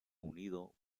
unido